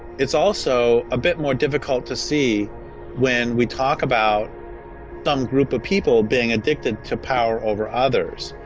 it's also a bit more difficult to see when we talk about some group of people being addicted to power over others,